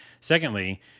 Secondly